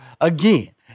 again